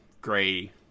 gray